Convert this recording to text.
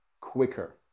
quicker